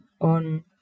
on